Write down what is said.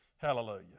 Hallelujah